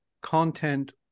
content